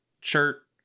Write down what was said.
shirt